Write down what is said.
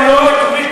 לא מקבל דבר כזה.